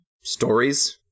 stories